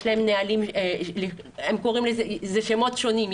יש להם נהלים, אלה שמות שונים.